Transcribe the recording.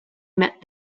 met